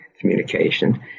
communication